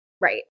Right